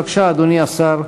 בבקשה, אדוני השר,